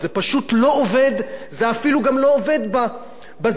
זה אפילו גם לא עובד בזכיינים שמרוויחים יפה,